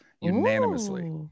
unanimously